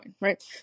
right